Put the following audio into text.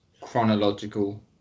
chronological